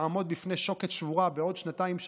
נעמוד בפני שוקת שבורה בעוד שנתיים,